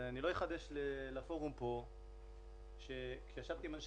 אני לא אחדש לפורום פה שכאשר ישבתי עם אנשי